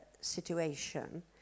situation